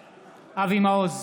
מעוז,